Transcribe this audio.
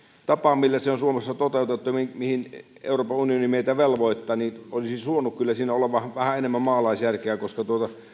tapaa millä se on suomessa toteutettu ja mihin euroopan unioni meitä velvoittaa olisin suonut kyllä siinä olevan vähän enemmän maalaisjärkeä koska